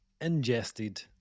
Ingested